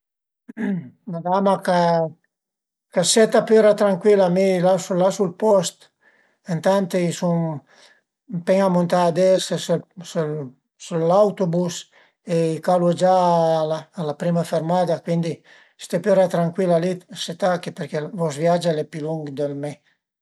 Pìa ën föi culurà da regal, lu stende ën sima a la taula, pìe ël pachèt dël regal, lu büte ënt ël mes, cumince a pieghé, prima da 'na part, pöi da l'autra, pöi a sinistra, pöi a destra, pöi t'ie faze ël rizvolto da suta, pìe ün nastro culurà e t'ie faze ën bel grup